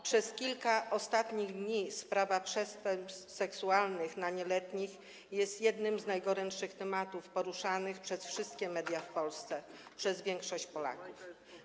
Przez kilka ostatnich dni sprawa przestępstw seksualnych wobec nieletnich jest jednym z najgorętszych tematów poruszanych przez wszystkie media w Polsce, przez większość Polaków.